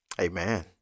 Amen